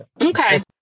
Okay